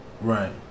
right